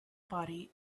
body